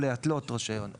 או להתלות רישיון,